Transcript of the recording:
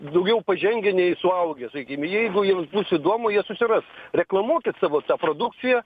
daugiau pažengę nei suaugę sakykim jeigu jiems bus įdomu jie susiras reklamuokit savo produkciją